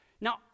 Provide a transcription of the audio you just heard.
Now